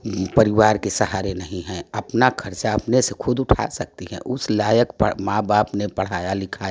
परिवार के सहारे नहीं हैं अपना अपने से खर्चा खुद उठा सकती है उस लायक माँ बाप ने पढ़ाया लिखाया